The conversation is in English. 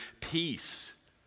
peace